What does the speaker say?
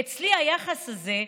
"אצלי היחס הזה,